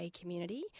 community